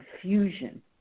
confusion